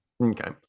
Okay